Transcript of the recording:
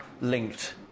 linked